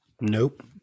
Nope